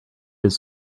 this